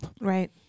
Right